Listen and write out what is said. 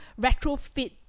retrofit